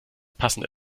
passende